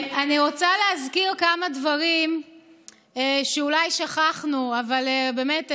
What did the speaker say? אני רוצה להזכיר כמה דברים שאולי שכחנו, אבל באמת,